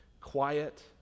quiet